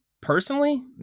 personally